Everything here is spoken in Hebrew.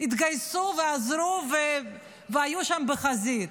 התגייסו ועזרו והיו שם בחזית.